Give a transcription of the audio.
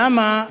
למה,